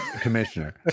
commissioner